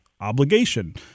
obligation